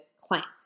clients